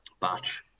Batch